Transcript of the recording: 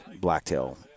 blacktail